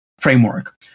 framework